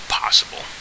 possible